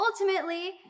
ultimately